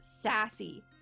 sassy